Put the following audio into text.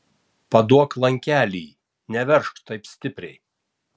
paduok lankelį neveržk taip stipriai